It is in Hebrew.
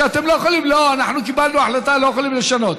לא, אנחנו קיבלנו החלטה, לא יכולים לשנות.